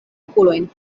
okulojn